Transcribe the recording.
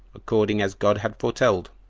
according as god had foretold,